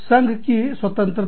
संघ की स्वतंत्रता